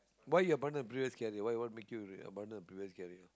why you abandon previous carrier why want make you abandon previous carrier